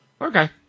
Okay